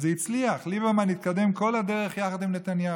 וזה הצליח, ליברמן התקדם כל הדרך יחד עם נתניהו,